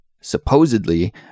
supposedly